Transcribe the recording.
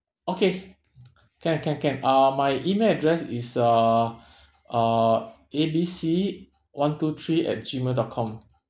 okay can can can uh my email address is uh uh A B C one two three at gmail dot com